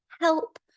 help